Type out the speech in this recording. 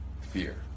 fear